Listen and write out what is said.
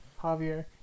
Javier